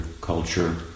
culture